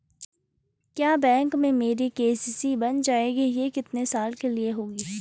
क्या बैंक में मेरी के.सी.सी बन जाएगी ये कितने साल के लिए होगी?